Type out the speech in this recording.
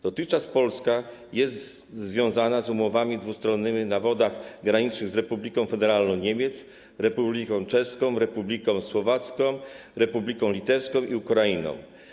Dotychczas Polska jest związana umowami dwustronnymi o współpracy na wodach granicznych z Republiką Federalną Niemiec, Republiką Czeską, Republiką Słowacką, Republiką Litewską i Ukrainą.